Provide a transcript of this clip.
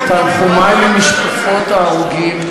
תנחומי למשפחות ההרוגים.